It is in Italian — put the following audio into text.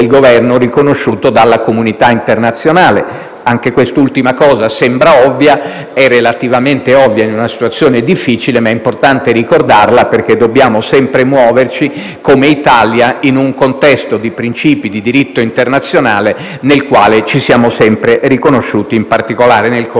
del Governo riconosciuto dalla comunità internazionale. Anche quest'ultima cosa sembra ovvia, è relativamente ovvia in una situazione difficile, ma è importante ricordarla, perché, come Italia, dobbiamo sempre muoverci in un contesto di principi di diritto internazionale nel quale ci siamo sempre riconosciuti, in particolare nel corso